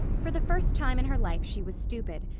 for the first time in her life she was stupid.